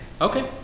Okay